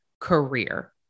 career